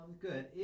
good